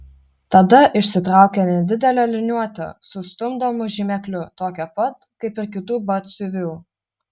tada išsitraukė nedidelę liniuotę su stumdomu žymekliu tokią pat kaip ir kitų batsiuvių